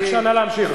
בבקשה, אדוני.